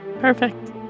perfect